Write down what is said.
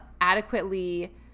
adequately